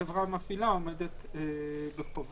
(ג)קיבלה החברה המפעילה הודעה על נזק כאמור